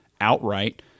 outright